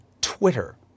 Twitter